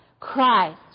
Christ